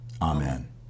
Amen